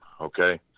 okay